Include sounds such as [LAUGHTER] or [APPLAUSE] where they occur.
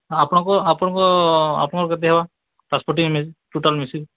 ହଁ ଆପଣଙ୍କ ଆପଣଙ୍କ ଆପଣଙ୍କ କେତେ ହେବା ଟ୍ରାନ୍ସପୋର୍ଟିଂ [UNINTELLIGIBLE] ଟୋଟାଲ୍ ମିଶିକି